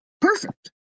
Perfect